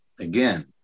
again